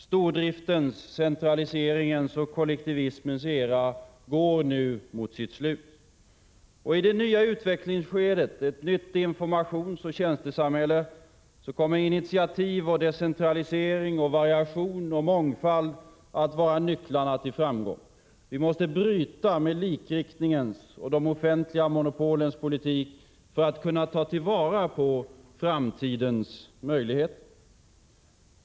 Stordriftens, centraliseringens och kollektivismens era går nu mot sitt slut. I det nya utvecklingsskedet — ett nytt informationsoch tjänstesamhälle — kommer initiativ, decentralisering, variation och mångfald att vara nycklarna till framgång. Vi måste bryta med likriktningens och de offentliga monopolens politik för att kunna ta till vara framtidens möjligheter.